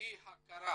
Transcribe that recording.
אי הכרה